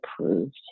approved